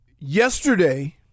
Yesterday